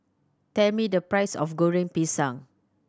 tell me the price of Goreng Pisang